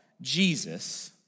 Jesus